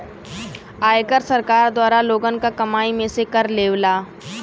आयकर सरकार द्वारा लोगन क कमाई में से कर लेवला